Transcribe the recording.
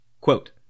Quote